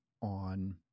on